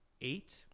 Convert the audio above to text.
eight